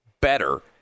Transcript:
better